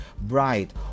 bright